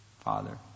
Father